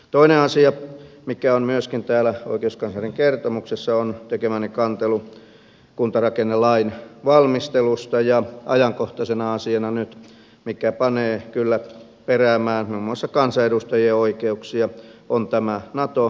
toinen asia mikä on myöskin täällä oikeuskanslerin kertomuksessa on tekemäni kantelu kuntarakennelain valmistelusta ja ajankohtaisena asiana nyt mikä panee kyllä peräämään muun muassa kansanedustajien oikeuksia on tämä nato isäntämaasopimus